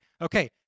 okay